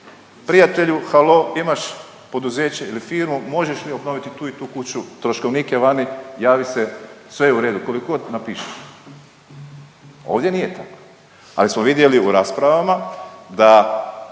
Prijatelju, halo, imaš poduzeće ili firmu, možeš li obnoviti tu i tu kuću, troškovnik je vani, javi se, sve je u redu, koliko god napišeš. Ovdje nije tako, ali smo vidjeli u raspravama da